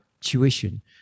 tuition